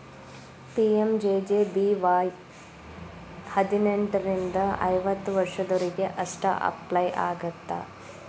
PMJJBY ಹದಿನೆಂಟರಿಂದ ಐವತ್ತ ವರ್ಷದೊರಿಗೆ ಅಷ್ಟ ಅಪ್ಲೈ ಆಗತ್ತ